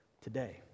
today